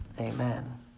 amen